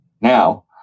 Now